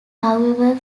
however